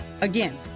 Again